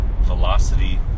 velocity